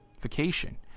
vacation